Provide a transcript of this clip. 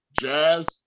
Jazz